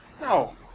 No